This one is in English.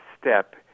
step